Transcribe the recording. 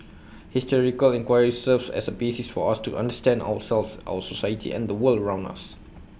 historical enquiry serves as A basis for us to understand ourselves our society and the world around us